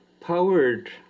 powered